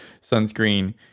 Sunscreen